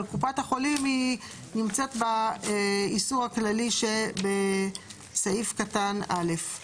אבל קופת החולים היא נמצאת באיסור הכללי שבסעיף קטן (א).